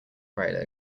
rider